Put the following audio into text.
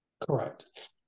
Correct